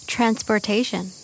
Transportation